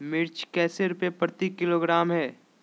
मिर्च कैसे रुपए प्रति किलोग्राम है?